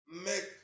make